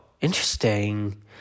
Interesting